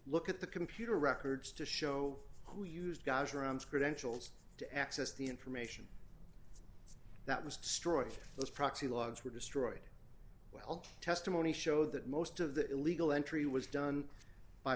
look at the computer records to show who used gosh arounds credential to access the information that was destroyed those proxy logs were destroyed well testimony show that most of the illegal entry was done by